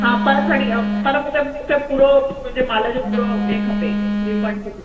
हा पर खणी अ पर मुखे मुखे पूरो मुंजे माल जो पूरो हे खपे रीफंड खपे